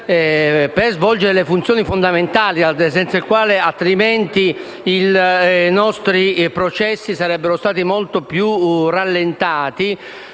per svolgere funzioni fondamentali, senza i quali altrimenti i nostri processi sarebbero stati molto più rallentati,